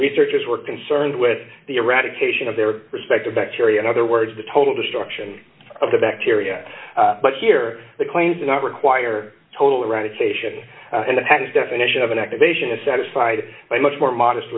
researchers were concerned with the eradication of their respective bacteria in other words the total destruction of the bacteria but here the claims not require total eradication and hence definition of an activation is satisfied by much more modest